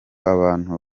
abantu